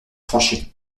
tranché